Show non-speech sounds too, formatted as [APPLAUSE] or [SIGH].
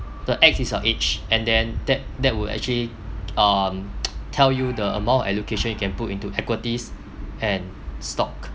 the X is your age and then that that would actually um [NOISE] tell you the amount of allocation you can put into equities and stock